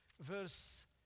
verse